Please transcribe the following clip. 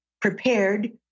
prepared